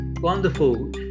Wonderful